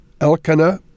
Elkanah